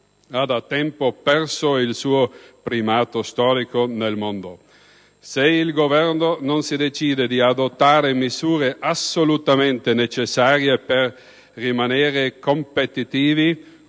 ha da tempo perso il suo primato storico nel mondo. Se il Governo non si decide ad adottare misure assolutamente necessarie per rimanere competitivi,